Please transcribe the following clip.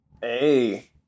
Hey